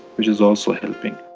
which is also helping.